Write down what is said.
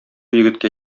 егеткә